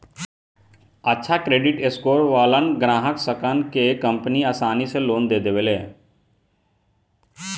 अच्छा credit score वालन ग्राहकसन के कंपनि आसानी से लोन दे देवेले